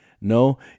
No